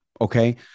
okay